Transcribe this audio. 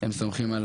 הם סומכים על